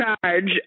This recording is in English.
charge